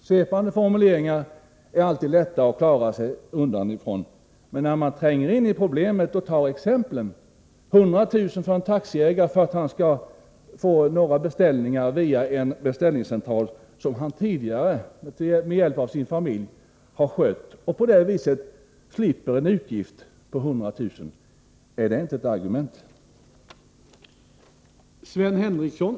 Svepande formuleringar är alltid lätta att klara sig från, men det blir svårare när man tränger in i problemen och tar upp exempel. En taxiägare har tidigare med hjälp av sin familj skött verksamheten. Nu skall han betala 100 000 kr. för att få några beställningar via en beställningscentral. Är inte detta ett argument mot en ändring?